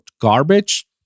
garbage